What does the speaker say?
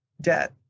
debt